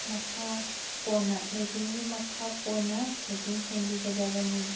ꯃꯈꯥ ꯄꯣꯟꯅ ꯂꯥꯏꯠꯇꯤꯡꯒꯤ ꯃꯈꯥ ꯄꯣꯟꯅ ꯁꯦꯠꯇꯤꯡ ꯁꯦꯝꯕꯤꯒꯗꯕꯅꯤ